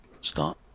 start